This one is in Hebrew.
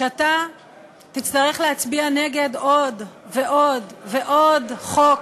שאתה תצטרך להצביע נגד עוד ועוד ועוד חוק,